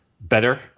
better